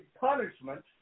punishment